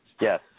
Yes